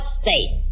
state